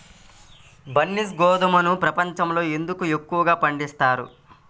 బన్సీ గోధుమను ప్రపంచంలో ఎందుకు ఎక్కువగా పండిస్తారు?